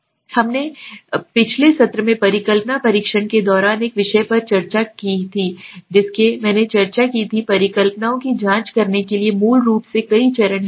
अब हम पिछले सत्र में परिकल्पना परीक्षण के दौरान इस विषय पर चर्चा करते हैं जिसकी मैंने चर्चा की थी परिकल्पनाओं की जांच करने के लिए मूल रूप से कई चरण हैं